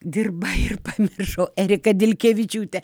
dirbą ir pamiršau erika dilkevičiūtė